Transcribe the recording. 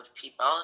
people